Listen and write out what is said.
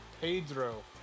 Pedro